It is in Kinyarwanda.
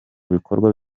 bikorwa